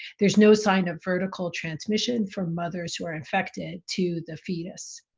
there's no sign of vertical transmission from mothers who are infected to the fetus.